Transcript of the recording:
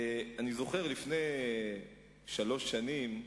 אני זוכר לפני שלוש שנים,